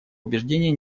убеждений